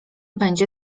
będzie